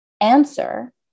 answer